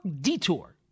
detour